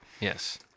Yes